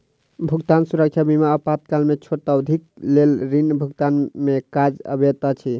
भुगतान सुरक्षा बीमा आपातकाल में छोट अवधिक लेल ऋण भुगतान में काज अबैत अछि